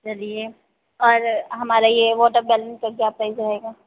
चलिए और हमारा ये वाटरमेलन का क्या प्राइस रहेगा